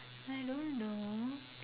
I don't know